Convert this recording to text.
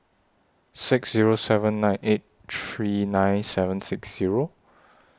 six Zero seven nine eight three nine seven six Zero